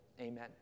amen